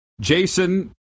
Jason